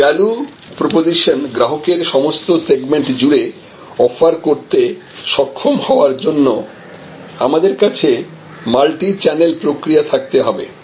এই value proposition গ্রাহকের সমস্ত সেগমেন্ট জুড়ে অফার করতে সক্ষম হওয়ার জন্য আমাদের কাছে মাল্টি চ্যানেল প্রক্রিয়া থাকতে হবে